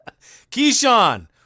Keyshawn